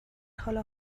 حال